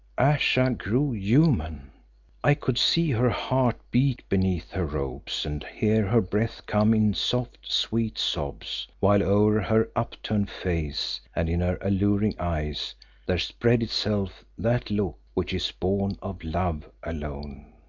ayesha grew human i could see her heart beat beneath her robes and hear her breath come in soft, sweet sobs, while o'er her upturned face and in her alluring eyes there spread itself that look which is born of love alone.